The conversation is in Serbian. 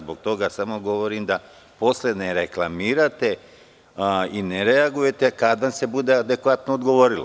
Zbog toga samo govorim da posle ne reklamirate i ne reagujete kada vam se bude adekvatno odgovorilo.